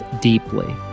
deeply